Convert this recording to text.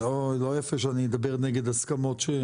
לא יפה שאני אדבר נגד הסכמות.